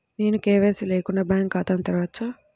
నేను కే.వై.సి లేకుండా బ్యాంక్ ఖాతాను తెరవవచ్చా?